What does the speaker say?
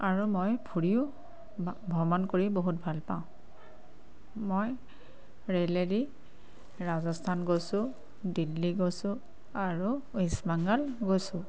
আৰু মই ফুৰিও ভ্ৰমণ কৰি বহুত ভাল পাওঁ মই ৰেলেদি ৰাজস্থান গৈছোঁ দিল্লী গৈছোঁ আৰু ৱেষ্ট বেংগাল গৈছোঁ